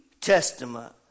Testament